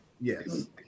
Yes